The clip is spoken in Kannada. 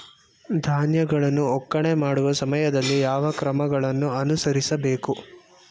ಧಾನ್ಯಗಳನ್ನು ಒಕ್ಕಣೆ ಮಾಡುವ ಸಮಯದಲ್ಲಿ ಯಾವ ಕ್ರಮಗಳನ್ನು ಅನುಸರಿಸಬೇಕು?